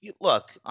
look